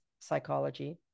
psychology